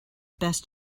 best